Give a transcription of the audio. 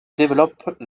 développe